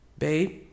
Babe